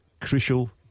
crucial